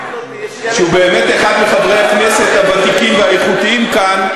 שהוא באמת אחד מחברי הכנסת הוותיקים והאיכותיים כאן,